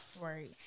right